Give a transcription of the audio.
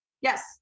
Yes